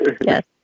Yes